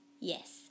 Yes